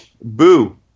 Boo